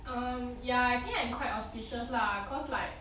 um ya I think I'm quite auspicious lah cause like